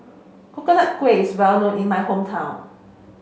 Coconut Kuih is well known in my hometown